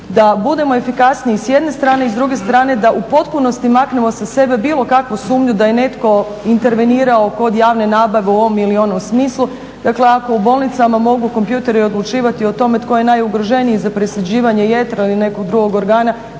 da budemo efikasniji s jedne strane i s druge strane da u potpunosti maknemo sa sebe bilo kakvu sumnju da je netko intervenirao pod javne nabave u ovom ili onom smislu, dakle ako u bolnicama mogu kompjuteri odlučivati o tome tko je najugroženiji za presađivanje jetra ili nekog drugog organa,